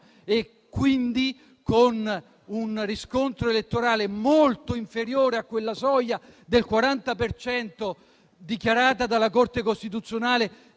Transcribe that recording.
e quindi con un riscontro elettorale molto inferiore a quella soglia del 40 per cento invocata dalla Corte costituzionale,